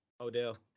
Odell